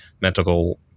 mental